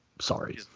sorry